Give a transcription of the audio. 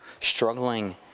Struggling